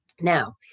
Now